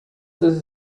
this